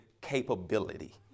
capability